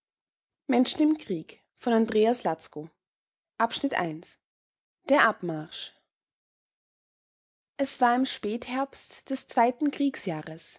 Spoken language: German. der abmarsch es war im spätherbst des zweiten